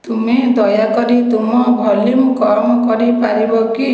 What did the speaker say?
ତୁମେ ଦୟାକରି ତୁମ ଭଲ୍ୟୁମ୍ କମ୍ କରିପାରିବ କି